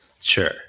Sure